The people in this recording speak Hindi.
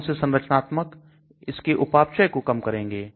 कौन से संरचनात्मक इसके उपापचय को कम करेंगे